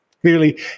Clearly